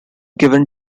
given